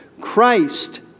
Christ